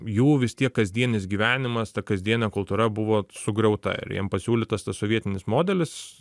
jų vis tiek kasdienis gyvenimas ta kasdienė kultūra buvo sugriauta ir jiem pasiūlytas tas sovietinis modelis